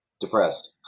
Depressed